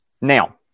Now